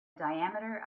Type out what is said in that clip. diameter